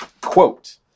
Quote